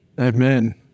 Amen